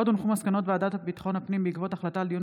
מסקנות ועדת ביטחון הפנים בעקבות דיון